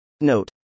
Note